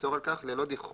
תמסור על כך, ללא דיחוי,